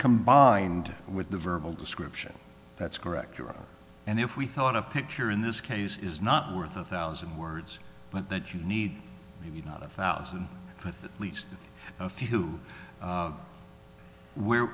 combined with the verbal description that's correct and if we thought a picture in this case is not worth a thousand words but that you need you need not a thousand but least a few where